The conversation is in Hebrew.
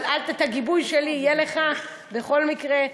אבל את הגיבוי שלי יהיה לך בכל מקרה.